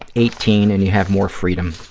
eighteen and you have more freedom,